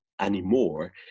anymore